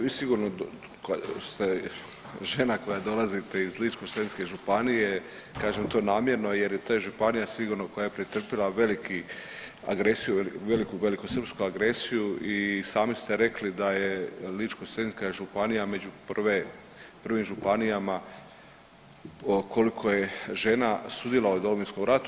Vi sigurno ste žena koja dolazite iz Ličko-senjske županije, kažem to namjerno jer te županija sigurno koja je pretrpila veliki agresiju, velikosrpsku agresiju i sami ste rekli da je Ličko-senjska županija među prvim županijama koliko je žena sudjelovalo u Domovinskom ratu.